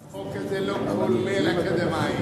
החוק הזה לא כולל אקדמאים.